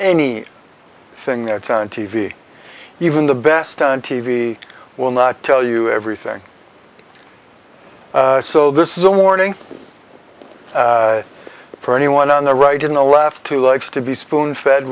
any thing that's on t v even the best on t v will not tell you everything so this is a warning for anyone on the right in the left to likes to be spoon fed